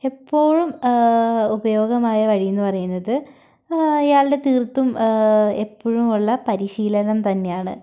എപ്പോഴും ഉപയോഗമായ വഴി എന്ന പറയുന്നത് അയാളുടെ തീരത്തും എപ്പോഴുമുള്ള പരിശീലനം തന്നെ ആണ്